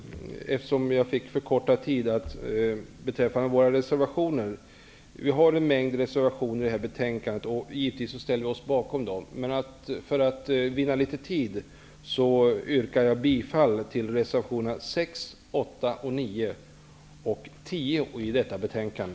Eftersom jag fick förkortad tid vill jag också passa på att nämna våra reservationer. Vi har en mängd reservationer i det här betänkandet. Vi står givetvis bakom dem, men för att vinna tid yrkar jag bifall till reservationerna 6, 8, 9 och 10 i detta betänkande.